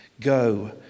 Go